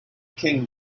king